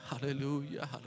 Hallelujah